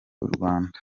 urwanda